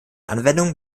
anwendung